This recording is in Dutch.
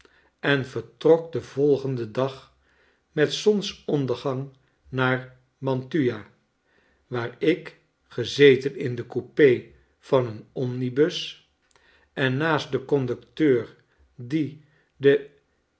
en vertrok den volgenden dag met zonsondergang naar mantua waar ik gezeten in de coupe van een omnibus en naast den conducteur die de